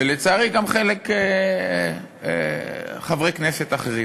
ולצערי, גם חלק מחברי הכנסת האחרים.